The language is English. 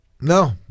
No